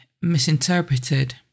misinterpreted